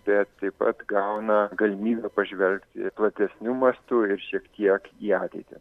bet taip pat gauna galimybę pažvelgti platesniu mastu ir šiek tiek į ateitį